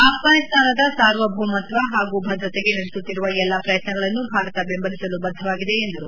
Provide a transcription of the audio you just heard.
ಅಪ್ಪಾನಿಸ್ತಾನದ ಸಾರ್ವಭೌಮತ್ಸ ಹಾಗೂ ಭದ್ರತೆಗೆ ನಡೆಸುತ್ತಿರುವ ಎಲ್ಲ ಪ್ರಯತ್ನಗಳನ್ನು ಭಾರತ ಬೆಂಬಲಿಸಲು ಬದ್ದವಾಗಿದೆ ಎಂದರು